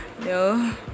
no